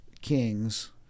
kings